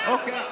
למה?